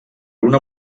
una